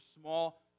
small